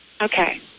Okay